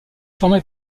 formé